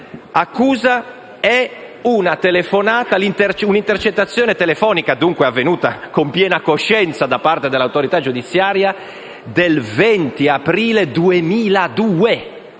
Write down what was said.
- è un'intercettazione telefonica, avvenuta dunque con piena coscienza da parte dell'autorità giudiziaria, del 20 aprile 2002.